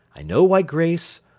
i know why grace,